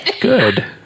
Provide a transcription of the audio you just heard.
good